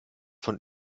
von